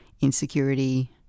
insecurity